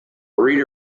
rita